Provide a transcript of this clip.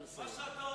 נא לסיים.